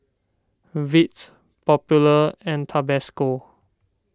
Veet Popular and Tabasco